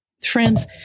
Friends